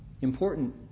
Important